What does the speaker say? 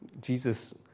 Jesus